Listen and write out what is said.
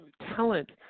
talent